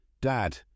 Dad